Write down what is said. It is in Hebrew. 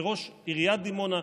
וראש עיריית דימונה,